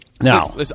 Now